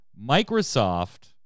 Microsoft